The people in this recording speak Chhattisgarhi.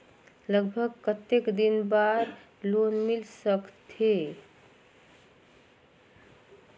लगभग कतेक दिन बार लोन मिल सकत हे?